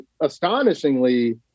astonishingly